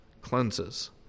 cleanses